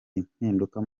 impinduka